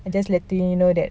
I'm just letting you know that